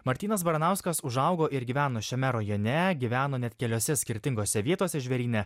martynas baranauskas užaugo ir gyveno šiame rajone gyveno net keliose skirtingose vietose žvėryne